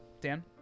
Dan